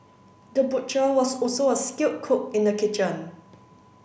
the butcher was also a skilled cook in the kitchen